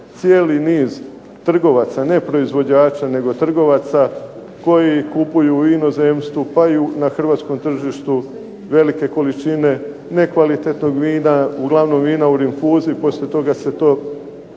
cijeli niz trgovaca, ne proizvođača nego trgovaca koji kupuju u inozemstvu, pa i na hrvatskom tržištu velike količine nekvalitetnog vina, uglavnom vina u rinfuzi. Poslije toga se to